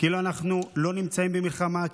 מההדלפות שיצאו מהישיבה שלכם,